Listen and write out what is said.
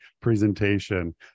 presentation